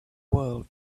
world